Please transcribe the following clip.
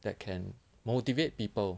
that can motivate people